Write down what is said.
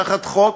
תחת חוק,